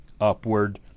upward